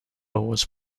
was